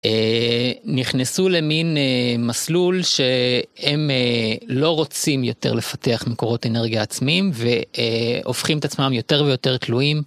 נכנסו למין מסלול שהם לא רוצים יותר לפתח מקורות אנרגיה עצמיים והופכים את עצמם יותר ויותר תלויים.